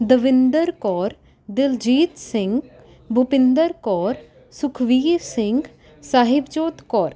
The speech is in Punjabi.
ਦਵਿੰਦਰ ਕੌਰ ਦਿਲਜੀਤ ਸਿੰਘ ਬੁਪਿੰਦਰ ਕੌਰ ਸੁਖਬੀਰ ਸਿੰਘ ਸਾਹਿਬਜੋਤ ਕੌਰ